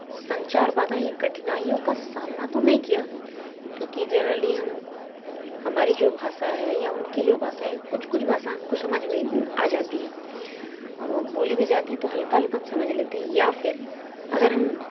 संचार बाधाएं कठिनाइयों का सामना तो नहीं किया क्योंकि जनरली हम हमारी जो भाषा है या उनकी जो भाषा है कुछ कुछ भाषा हमको समझ में आ जाती हैं बोली भी जाती हैं तो हल्का हल्का हम समझ लेते हैं या फिर अगर हम